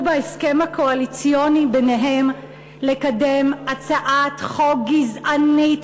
בהסכם הקואליציוני ביניהם לקדם הצעת חוק גזענית